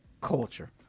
culture